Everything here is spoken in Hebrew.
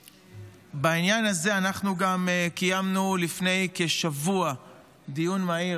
בעניין הזה אנחנו גם קיימנו לפני כשבוע דיון מהיר.